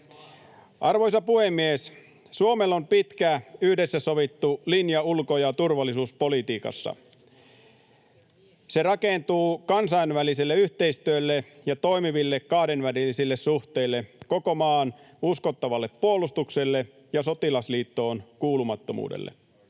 Arvoisa puhemies! Suomella on pitkä, yhdessä sovittu linja ulko- ja turvallisuuspolitiikassa. Se rakentuu kansainväliselle yhteistyölle ja toimiville kahdenvälisille suhteille, koko maan uskottavalle puolustukselle ja sotilasliittoon kuulumattomuudelle.